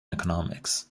economics